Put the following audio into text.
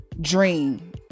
dream